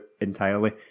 entirely